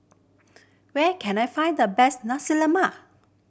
where can I find the best Nasi Lemak